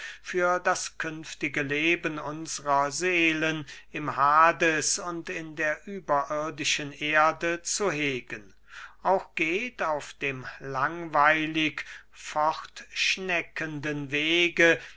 für das künftige leben unsrer seelen im hades und in der überirdischen erde zu hegen auch geht auf dem langweilig fortschneckenden wege